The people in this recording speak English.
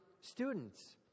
students